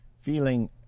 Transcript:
feeling